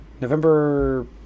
November